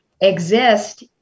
exist